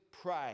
pray